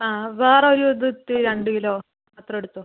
ആ വേറെ ഒരു ഇത് ഇട്ട് രണ്ട് കിലോ അത്ര എടുത്തോ